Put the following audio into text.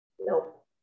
Nope